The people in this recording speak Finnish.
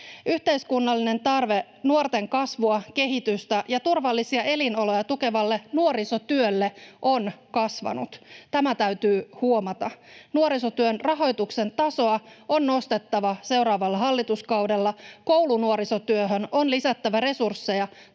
Yhteiskunnallinen tarve nuorten kasvua, kehitystä ja turvallisia elinoloja tukevalle nuorisotyölle on kasvanut. Tämä täytyy huomata. Nuorisotyön rahoituksen tasoa on nostettava seuraavalla hallituskaudella. Koulunuorisotyöhön on lisättävä resursseja